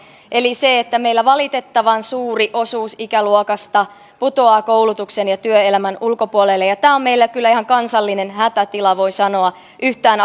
eli siihen että meillä valitettavan suuri osuus ikäluokasta putoaa koulutuksen ja työelämän ulkopuolelle ja tämä on meillä kyllä ihan kansallinen hätätila näin voi sanoa yhtään